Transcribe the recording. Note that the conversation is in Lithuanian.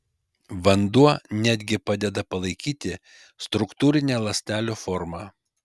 vanduo net gi padeda palaikyti struktūrinę ląstelių formą